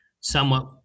somewhat